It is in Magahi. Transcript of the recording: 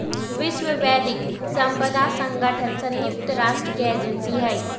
विश्व बौद्धिक साम्पदा संगठन संयुक्त राष्ट्र के एजेंसी हई